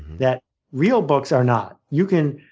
that real books are not. you can